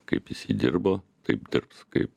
kaip jisai jį dirbo taip dirbs kaip